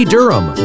Durham